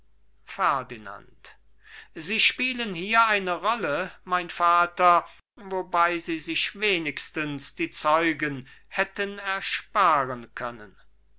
ferdinand sie spielen hier eine rolle mein vater wobei sie sich wenigstens die zeugen hätten ersparen können